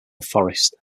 forest